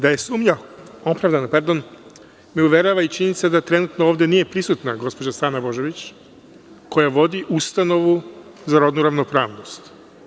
Da je sumnja opravdana me uverava i činjenica da trenutno ovde nije prisutna gospođa Stana Božović, koja vodi ustanovu za rodnu ravnopravnost.